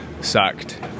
sucked